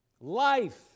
Life